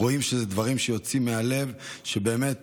רואים שאלה דברים שיוצאים מהלב, שבאמת